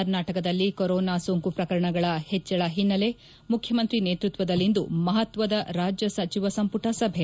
ಕರ್ನಾಟಕದಲ್ಲಿ ಕೊರೋನಾ ಸೋಂಕು ಪ್ರಕರಣಗಳ ಹೆಚ್ಚಳ ಹಿನ್ನೆಲೆ ಮುಖ್ಯಮಂತ್ರಿ ನೇತ್ಪತ್ವದಲ್ಲಿಂದು ಮಹತ್ವದ ರಾಜ್ಯ ಸಚಿವ ಸಂಪುಟ ಸಭೆ